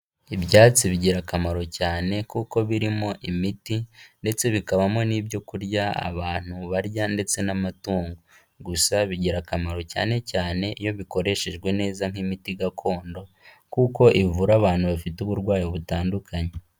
Ibyatsi bigira akamaro cyane kuko birimo imiti ndetse bikabamo n'ibyo kurya abantu barya ndetse n'amatungo, gusa bigira akamaro cyane cyane iyo bikoreshejwe neza nk'imiti gakondo, kuko ivura abantu bafite uburwayi butandukanye.